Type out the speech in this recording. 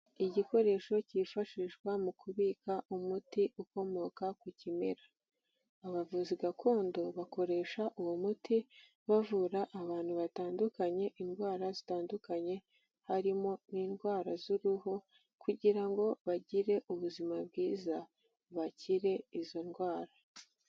Igikoresho cyifashishwa mu kubika umuti ukomoka ku kimera, abavuzi gakondo bakoresha uwo muti bavura abantu batandukanye indwara zitandukanye, harimo n'indwara z'uruhu kugira ngo bagire ubuzima bwiza, bakire izo ndwara.